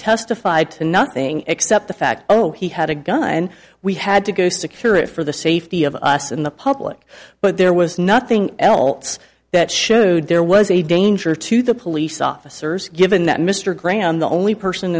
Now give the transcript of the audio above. testified to nothing except the fact though he had a gun and we had to go secure it for the safety of us in the public but there was nothing else that showed there was a danger to the police officers given that mr gray on the only person